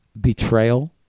betrayal